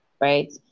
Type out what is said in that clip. right